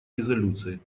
резолюции